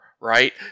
right